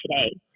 today